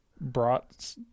brought